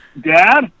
Dad